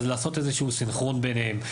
אז לעשות איזשהו סנכרון ביניהם,